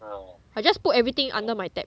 I just put everything under my tab